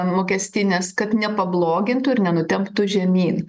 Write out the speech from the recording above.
mokestines kad nepablogintų ir nenutemptų žemyn